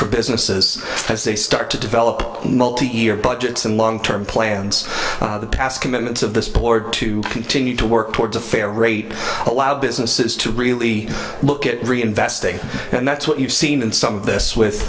for businesses as they start to develop multiyear budgets and long term plans past commitments of this board to continue to work towards a fair rate allow businesses to really look at reinvesting and that's what you've seen in some of this with